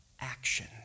action